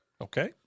Okay